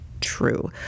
true